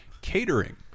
Catering